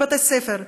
בבתי ספר,